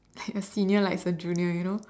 like a senior likes a junior you know